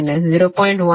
152 0